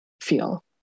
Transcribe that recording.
feel